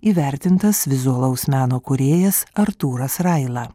įvertintas vizualaus meno kūrėjas artūras raila